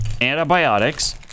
antibiotics